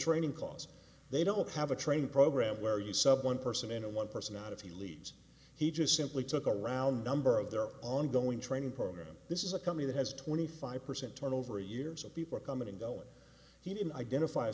training cos they don't have a training program where you sub one person and one person out if he leaves he just simply took a round number of their ongoing training program this is a company that has twenty five percent turnover a year so people are coming and going he didn't identify